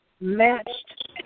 matched